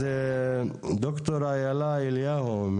אז ד"ר אילה אליהו,